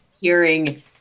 Hearing